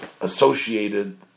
associated